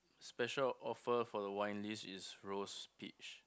special offer for the wine list is rose peach